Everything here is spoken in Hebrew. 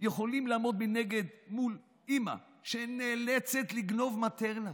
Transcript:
יכולים לעמוד מנגד מול אם שנאלצת לגנוב מטרנה?